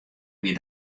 wie